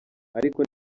ariko